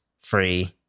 free